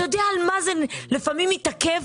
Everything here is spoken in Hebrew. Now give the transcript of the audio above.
אתה יודע על מה זה מתעכב לפעמים?